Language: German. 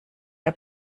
der